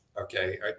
Okay